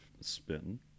spin